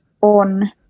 on